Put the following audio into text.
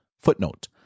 Footnote